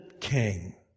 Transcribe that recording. king